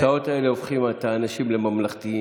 הכיסאות האלה הופכים את האנשים לממלכתיים.